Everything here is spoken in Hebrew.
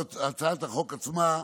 הצעת החוק עצמה מדברת,